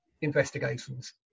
investigations